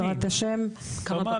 בוחנים